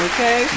Okay